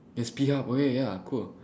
there's P hub okay ya cool